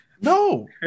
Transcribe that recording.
No